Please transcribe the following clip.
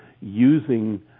using